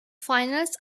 finals